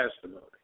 testimony